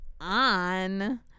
on